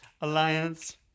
alliance